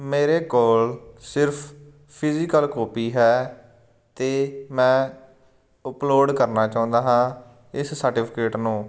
ਮੇਰੇ ਕੋਲ ਸਿਰਫ ਫਿਜੀਕਲ ਕੋਪੀ ਹੈ ਅਤੇ ਮੈਂ ਉਪਲੋਡ ਕਰਨਾ ਚਾਹੁੰਦਾ ਹਾਂ ਇਸ ਸਰਟੀਫਿਕੇਟ ਨੂੰ